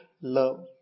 love